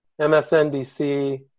MSNBC